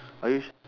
are you